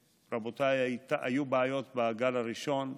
רבותיי, היו בעיות בגל הראשון,